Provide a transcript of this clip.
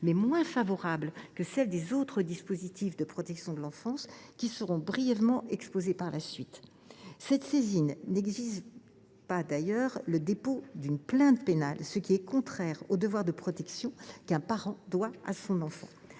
outre moins favorables que celles des autres dispositifs de protection de l’enfance, qui seront brièvement exposés par la suite. Par ailleurs, cette saisine n’exigerait pas le dépôt d’une plainte pénale, ce qui est contraire au devoir de protection qu’un parent doit à son enfant.